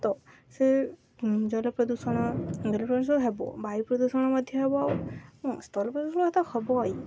ତ ସେ ଜଳ ପ୍ରଦୂଷଣ ଜଳ ପ୍ରଦୂଷଣ ହେବ ବାୟୁ ପ୍ରଦୂଷଣ ମଧ୍ୟ ହେବ ଆଉ ସ୍ଥଳ ପ୍ରଦୂଷଣ କଥା ହବ ହିଁ